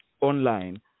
online